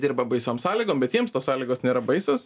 dirba baisiom sąlygom bet jiems tos sąlygos nėra baisios